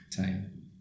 Time